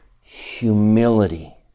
humility